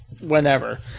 whenever